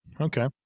okay